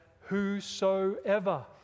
whosoever